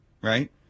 right